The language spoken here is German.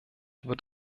wird